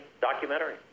documentary